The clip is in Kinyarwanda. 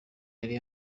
yari